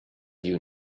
you